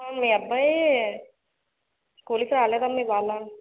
అవును మీ అబ్బాయి స్కూల్కి రాలేదండి ఇవాళ